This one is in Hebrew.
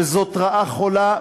וזאת רעה חולה,